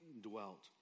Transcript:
dwelt